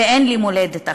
ואין לי מולדת אחרת.